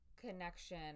connection